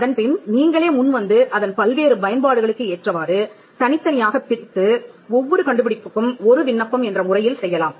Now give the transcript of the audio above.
அதன்பின் நீங்களே முன்வந்து அதன் பல்வேறு பயன்பாடுகளுக்கு ஏற்றவாறு தனித்தனியாகப் பிரித்து ஒவ்வொரு கண்டுபிடிப்புக்கும் ஒரு விண்ணப்பம் என்ற முறையில் செய்யலாம்